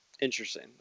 Interesting